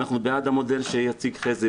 אנחנו בעד המודל שיציג חזי,